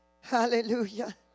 Hallelujah